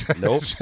Nope